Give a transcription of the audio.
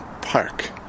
Park